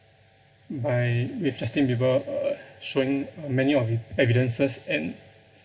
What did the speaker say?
by with justin bieber uh showing many of hi~ evidences and